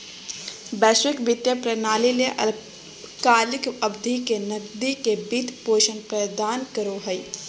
वैश्विक वित्तीय प्रणाली ले अल्पकालिक अवधि के नकदी के वित्त पोषण प्रदान करो हइ